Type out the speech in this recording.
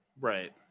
Right